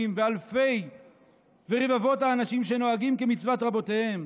ואלפי ורבבות אנשים שנוהגים כמצוות רבותיהם,